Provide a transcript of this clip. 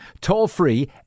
toll-free